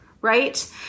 right